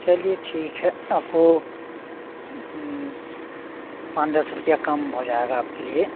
चलिए ठीक है आपको पाँच दस रुपया कम हो जाएगा आपके लिए